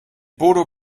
bodo